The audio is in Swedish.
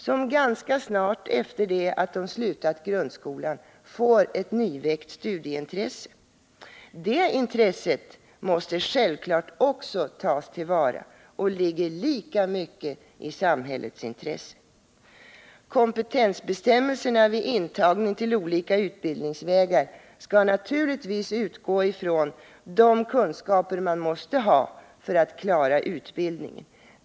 — som ganska snart efter det att de slutat grundskolan får ett nyväckt studieintresse. Det intresset måste självfallet också tas till vara; det ligger lika mycket i samhällets intresse. Kompetensbestämmelserna vid intagning till olika utbildningsvägar skall naturligtvis utgå från de kunskaper man måste ha för att klara utbildningen.